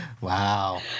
Wow